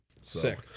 sick